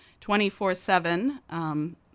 24-7